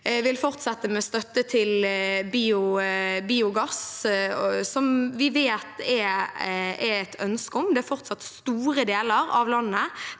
vil fortsette med støtte til biogass, som vi vet det er et ønske om. Det er fortsatt store deler av landet